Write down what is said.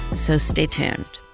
so stay tuned.